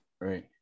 Right